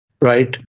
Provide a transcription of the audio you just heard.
right